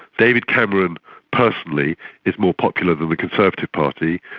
david cameron personally is more popular than the conservative party.